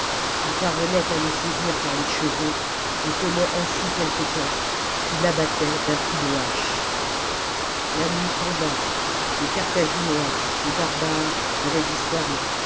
ii parvenait à le saisir par les cheveux le tenait ainsi quelque temps puis l'abattait d'un coup de hache la nuit tomba les carthaginois les barbares avaient disparu